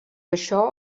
això